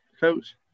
coach